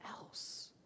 else